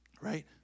Right